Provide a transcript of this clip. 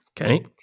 Okay